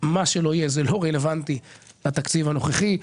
כי מה שלא יהיה זה לא רלוונטי לתקציב הנוכחי.